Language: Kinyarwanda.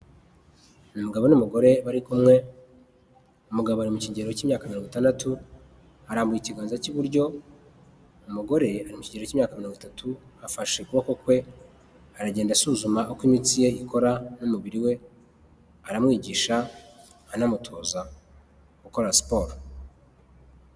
Umugabo n'umugore bari kumwe, umugabo ari mu kigero cy'imyaka itandatu, arambuha ikiganza cy'iburyo, umugore ari mukigero cy'imyaka mirongo itatu afashe ukuboko kwe aragenda asuzuma uko imitsi ye ikora n'umubiri we! aramwigisha anamutoza gukora siporo.